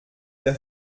der